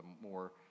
more